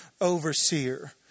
overseer